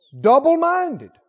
Double-minded